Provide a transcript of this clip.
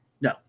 No